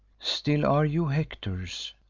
still are you hector's?